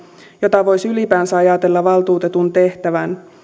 jota voisi ylipäänsä ajatella valtuutetun tehtävään